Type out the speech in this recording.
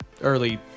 early